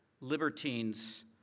Libertines